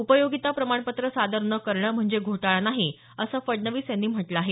उपयोगिता प्रमाणपत्रं सादर न करणं म्हणजे घोटाळा नाही असं फडणवीस यांनी म्हटलं आहे